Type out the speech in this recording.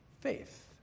faith